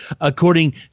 according